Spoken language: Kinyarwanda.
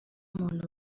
umuntu